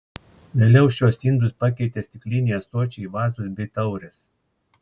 vėliau šiuos indus pakeitė stikliniai ąsočiai vazos bei taurės